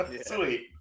sweet